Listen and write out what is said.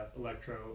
Electro